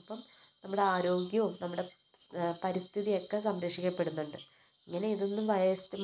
അപ്പം നമ്മുടെ ആരോഗ്യവും നമ്മുടെ പരിസ്ഥിതിയുമൊക്കെ സംരക്ഷിക്കപ്പെടുന്നുണ്ട് ഇങ്ങനെ ഇതൊന്നും